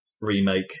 remake